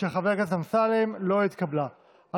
אבל דווקא חבר הכנסת אמסלם פה הודה בפה מלא,